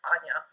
Anya